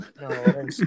No